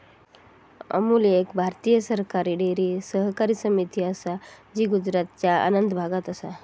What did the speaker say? अमूल एक भारतीय सरकारी डेअरी सहकारी समिती असा जी गुजरातच्या आणंद भागात असा